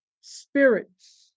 spirits